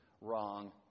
wrong